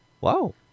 Wow